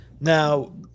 Now